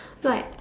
like